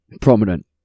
prominent